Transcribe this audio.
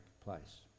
place